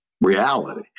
reality